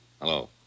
hello